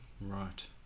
right